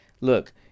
Look